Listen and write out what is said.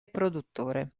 produttore